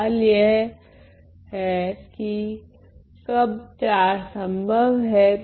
सवाल यह है कि कब IV संभव हैं